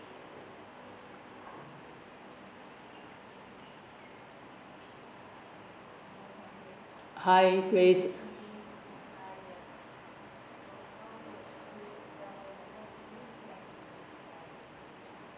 hi grace